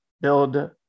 build